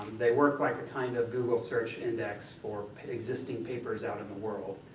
they work like a kind of google search index for existing papers out in the world,